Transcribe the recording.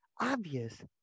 obvious